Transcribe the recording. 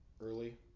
Early